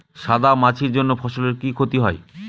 সাদা মাছির জন্য ফসলের কি ক্ষতি হয়?